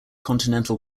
continental